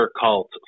cult